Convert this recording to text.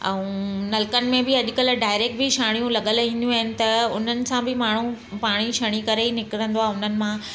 ऐं नलकनि में बि अॼुकल्ह डायरैक्ट बि छाणियूं लॻियलु ईंदियूं आहिनि त उन्हनि सां बि माण्हू पाणी छणी करे ई निकिरंदो आहे उन्हनि मां